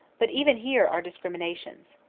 but even here are discriminations.